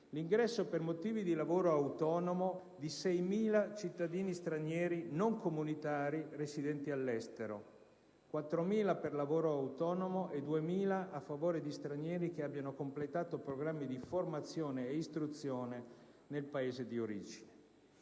l'ingresso per motivi di lavoro autonomo di 6.000 cittadini stranieri non comunitari residenti all'estero (4.000 per lavoro autonomo e 2.000 a favore di stranieri che abbiano completato programmi di formazione ed istruzione nel Paese di origine).